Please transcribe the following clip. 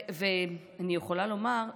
אני יכולה לומר,